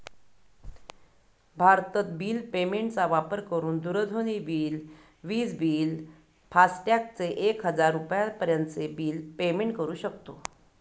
भारतत bill payment चा वापर करून दूरध्वनी बिल, विज बिल, फास्टॅग चे एक हजार रुपयापर्यंत चे बिल पेमेंट करू शकतो